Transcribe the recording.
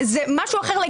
--- לא, לא חוזר.